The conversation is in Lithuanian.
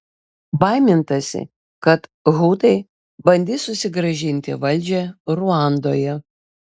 baimintasi kad hutai bandys susigrąžinti valdžią ruandoje